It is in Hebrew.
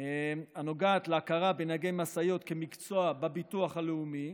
הנוגעת להכרה בנהגי משאיות כמקצוע בביטוח הלאומי,